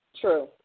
true